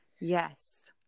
yes